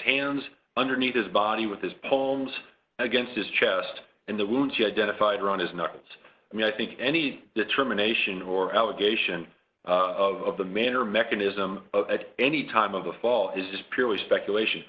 hands underneath his body with his palms against his chest and the wounds you identified around his knuckles i mean i think any determination or allegation of the man or mechanism at any time of the fall is purely speculation